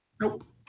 Nope